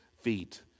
feet